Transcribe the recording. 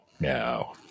no